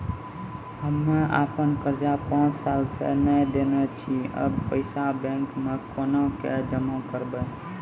हम्मे आपन कर्जा पांच साल से न देने छी अब पैसा बैंक मे कोना के जमा करबै?